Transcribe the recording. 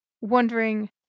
wondering